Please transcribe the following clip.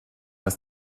das